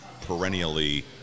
perennially